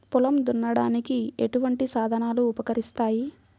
పొలం దున్నడానికి ఎటువంటి సాధనలు ఉపకరిస్తాయి?